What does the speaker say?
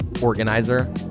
organizer